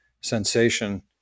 sensation